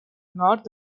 nord